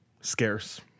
scarce